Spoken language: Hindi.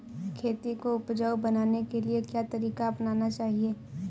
खेती को उपजाऊ बनाने के लिए क्या तरीका अपनाना चाहिए?